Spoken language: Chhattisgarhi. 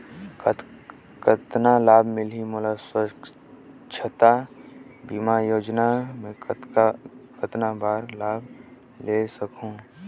कतना लाभ मिलही मोला? स्वास्थ बीमा योजना मे कतना बार लाभ ले सकहूँ?